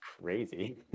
crazy